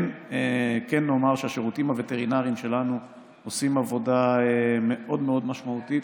כן נאמר שהשירותים הווטרינריים שלנו עושים עבודה מאוד מאוד משמעותית,